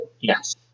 Yes